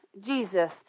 Jesus